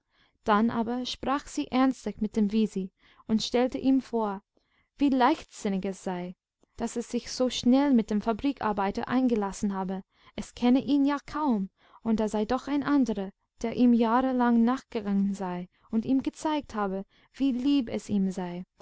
dann aber sprach sie ernstlich mit dem wisi und stellte ihm vor wie leichtsinnig es sei daß es sich so schnell mit dem fabrikarbeiter eingelassen habe es kenne ihn ja kaum und da sei doch ein anderer der ihm jahrelang nachgegangen sei und ihm gezeigt habe wie lieb es ihm sei